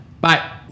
Bye